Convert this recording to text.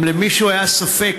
אם למישהו היה ספק,